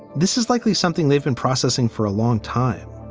this is likely something they've been processing for a long time.